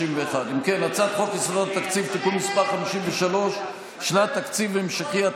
הצעת חוק יסודות התקציב (תיקון מס' 53) (שנת תקציב המשכי),